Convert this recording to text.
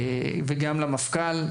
וגם למפכ"ל.